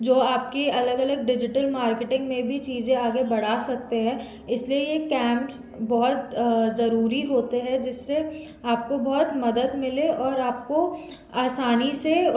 जो आपकी अलग अलग डिजिटल मार्केटिंग में भी चीज़ें आगे बढ़ा सकते हैं इसलिए ये कैंप्स बहुत ज़रूरी होते हैं जिससे आपको बहुत मदद मिले और आपको आसानी से